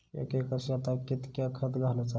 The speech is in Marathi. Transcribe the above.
एक एकर शेताक कीतक्या खत घालूचा?